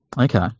Okay